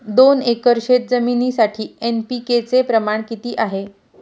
दोन एकर शेतजमिनीसाठी एन.पी.के चे प्रमाण किती आहे?